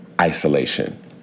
isolation